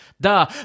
duh